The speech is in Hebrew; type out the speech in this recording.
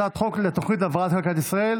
הצעת חוק התוכנית להבראת כלכלת ישראל